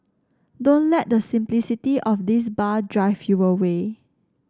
don't let the simplicity of this bar drive you away